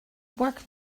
work